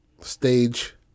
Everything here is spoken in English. stage